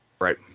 Right